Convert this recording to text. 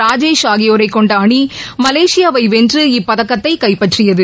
ராஜேஷ் ஆகியோரை கொண்ட அணி மலேசியாவை வென்று இப்பதக்கத்தை கைப்பற்றியது